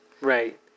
Right